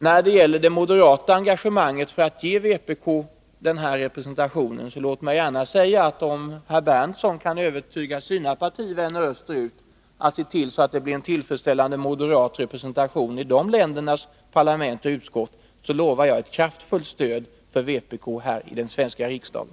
När det gäller det moderata engagemanget för att ge vpk representation vill jag gärna säga att om herr Berndtson kan övertyga sina partivänner i östländerna om att de skall se till att det blir en tillfredsställande moderat representation i de ländernas parlament och parlamentsutskott, så lovar jag ett kraftfullt stöd för vpk:s utskottsrepresentation i den svenska riksdagen.